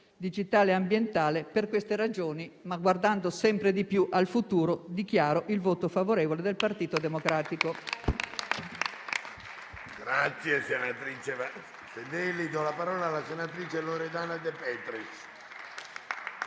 digitale e ambientale. Per queste ragioni, ma guardando sempre di più al futuro, dichiaro il voto favorevole del Gruppo del Partito Democratico.